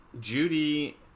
Judy